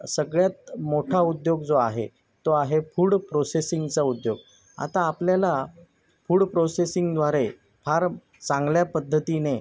सगळ्यात मोठा उद्योग जो आहे तो आहे फूड प्रोसेसिंगचा उद्योग आता आपल्याला फूड प्रोसेसिंगद्वारे फार चांगल्या पद्धतीने